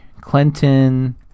clinton